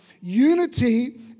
Unity